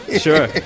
Sure